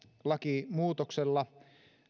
lakimuutoksella